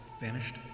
vanished